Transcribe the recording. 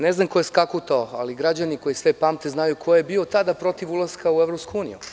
Ne znam ko je skakutao, ali građani koji sve pamte znaju ko je bio tada protiv ulaska u Evropsku uniju.